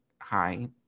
hi